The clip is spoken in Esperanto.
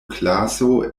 klaso